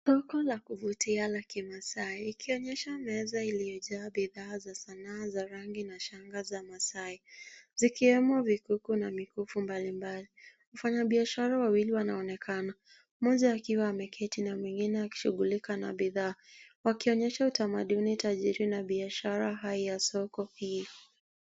Soko la kuvutia la kimasai likionyesha meza iliyojaa bidhaa za sanaa za rangi na shanga za masai, zikiwemo vikuku na mikufu mbalimbali. Wafanya biashara wawili wanaonekana mmoja akiwa ameketi na mwingine akishughulika na bidhaa wakionyeaha utamaduni tajiri na biashara hai ya soko hii.